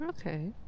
Okay